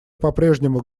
попрежнему